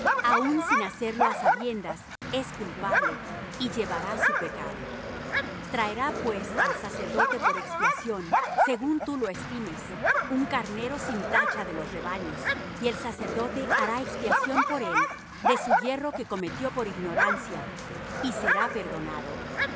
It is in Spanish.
aun sin hacerlo á sabiendas es culpable y llevará su pecado traerá pues al sacerdote por expiación según tú lo estimes un carnero sin tacha de los rebaños y el sacerdote hará expiación por él de su yerro que cometió por ignorancia y será perdonado